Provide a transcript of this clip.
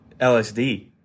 LSD